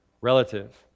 relative